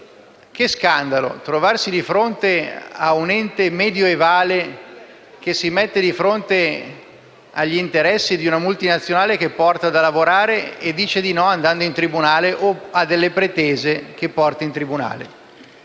uno scandalo trovarsi di fronte a un ente medioevale che si mette di fronte agli interessi di una multinazionale che porta da lavorare, e nei cui confronti ha delle pretese che porta in tribunale.